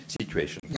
situation